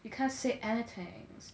you can't see anything